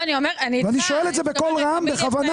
אני שואל את זה בקול רם בכוונה.